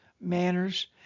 manners